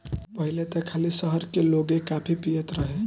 पहिले त खाली शहर के लोगे काफी पियत रहे